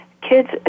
kids